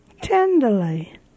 Tenderly